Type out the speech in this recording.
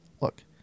look